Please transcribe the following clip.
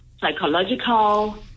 psychological